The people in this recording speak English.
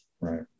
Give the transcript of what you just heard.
Right